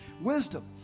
Wisdom